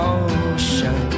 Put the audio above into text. ocean